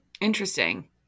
Interesting